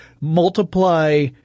multiply